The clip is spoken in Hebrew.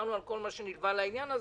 דיברנו על כל מה שנלווה לעניין הזה,